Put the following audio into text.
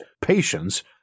patience